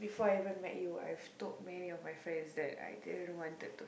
before I even met you I have told many of my friends that I didn't wanted to